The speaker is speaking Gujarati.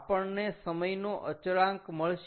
આપણને સમયનો અચળાંક મળશે